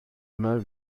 immer